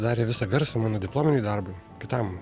darė visą garsą mano diplominiui darbui kitam